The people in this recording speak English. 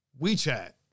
WeChat